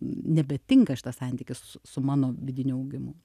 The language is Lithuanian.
nebetinka šitas santykis su mano vidiniu augimu